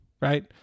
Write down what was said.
right